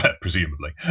presumably